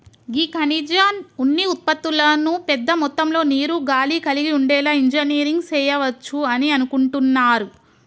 గీ ఖనిజ ఉన్ని ఉత్పతులను పెద్ద మొత్తంలో నీరు, గాలి కలిగి ఉండేలా ఇంజనీరింగ్ సెయవచ్చు అని అనుకుంటున్నారు